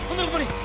nobody